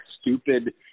stupid